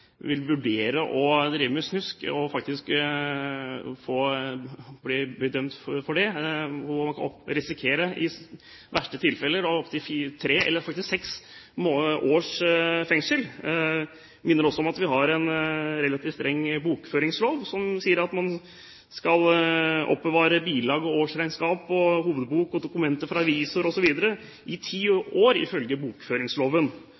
vil vurdere å drive med snusk, faktisk bli dømt for det og i verste tilfelle risikere opp til tre eller seks års fengsel. Jeg minner også om at vi har en relativt streng bokføringslov, hvor det sies at man skal oppbevare bilag, årsregnskap, hovedbok, dokumenter osv. i ti